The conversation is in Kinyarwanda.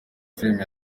filime